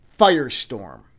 firestorm